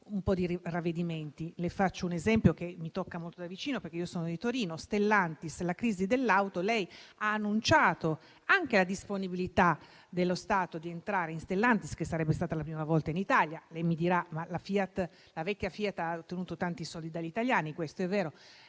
un po' di ravvedimenti. Le faccio un esempio che mi tocca molto da vicino, perché sono di Torino: quanto a Stellantis e alla crisi dell'auto, lei ha annunciato anche la disponibilità dello Stato di entrare in Stellantis, che sarebbe stata la prima volta in Italia. Lei mi dirà che la FIAT, la vecchia FIAT, ha ottenuto tanti soldi dagli italiani: questo è vero,